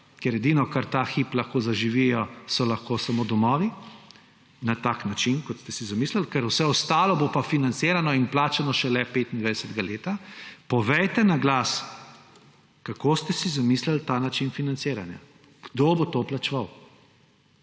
ker edino, kar ta hip lahko zaživi, so lahko samo domovi, na tak način, kot ste si zamislili, ker vse ostalo bo pa financirano in plačano šele 2025. Povejte naglas, kako ste si zamislili ta način financiranja. Kdo bo to plačeval?